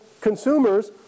consumers